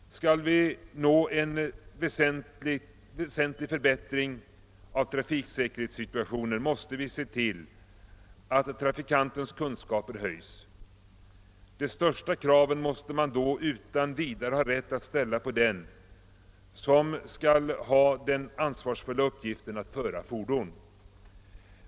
Skall vi nå en väsentlig förbättring av trafiksäkerhetssituationen, måste vi se till att trafikantens kunskaper ökas. De största kraven måste man då utan vidare ha rätt att ställa på den som har den ansvarsfulla uppgiften att föra fordonet.